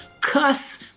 cuss